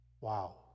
Wow